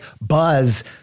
buzz